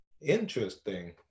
interesting